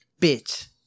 Bitch